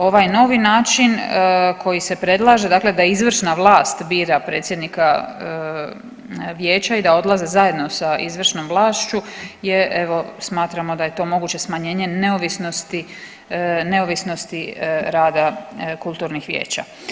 Ovaj novi način koji se predlaže, dakle da izvršna vlast bira predsjednica vijeća i da odlaze zajedno sa izvršnom vlašću je evo, smatramo da je to moguće smanjenje neovisnosti, neovisnosti rada kulturnih vijeća.